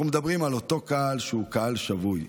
אנחנו מדברים על אותו קהל, שהוא קהל שבוי.